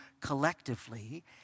collectively